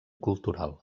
cultural